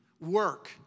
work